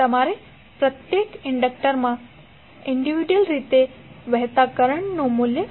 તમારે પ્રત્યેક ઇન્ડક્ટરમાં વ્યક્તિગત રીતે વહેતા કરંટનું મૂલ્ય શોધવું પડશે